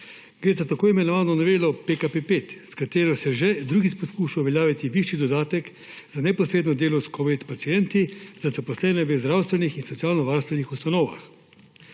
Gre za tako imenovano novelo PKP 5, s katero se že drugič poskuša uveljaviti višji dodatek za neposredno delo s covid pacienti za zaposlene v zdravstvenih in socialnovarstvenih ustanovah,